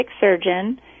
surgeon